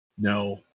no